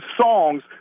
songs